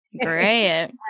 great